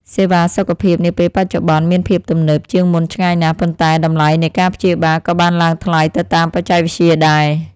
សេវាសុខភាពនាពេលបច្ចុប្បន្នមានភាពទំនើបជាងមុនឆ្ងាយណាស់ ប៉ុន្តែតម្លៃនៃការព្យាបាលក៏បានឡើងថ្លៃទៅតាមបច្ចេកវិទ្យាដែរ។